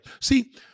See